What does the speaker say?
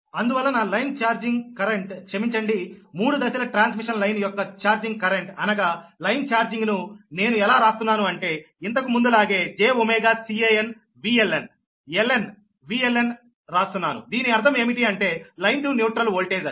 అందువలన line charging current క్షమించండి మూడు దశల ట్రాన్స్మిషన్ లైన్ యొక్క ఛార్జింగ్ కరెంట్ అనగా లైన్ ఛార్జింగ్ ను నేను ఎలా రాస్తున్నాను అంటే ఇంతకు ముందు లాగే jωCanVLN LN VLNరాస్తున్నాను దీని అర్థం ఏమిటి అంటే లైన్ టు న్యూట్రల్ ఓల్టేజ్ అని